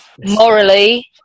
morally